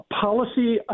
policy